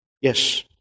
Yes